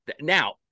now